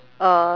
uh